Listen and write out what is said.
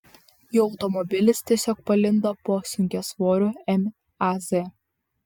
jo automobilis tiesiog palindo po sunkiasvoriu maz